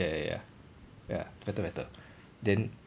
ya ya ya ya better better then